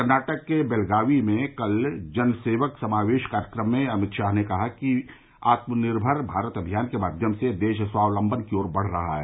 कर्नाटक के बेलगावी में कल जन सेवक समावेश कार्यक्रम में अमित शाह ने कहा कि कि आत्मनिर्भर भारत अभियान के माध्यम से देश स्वावलंबन की ओर बढ रहा है